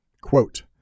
quote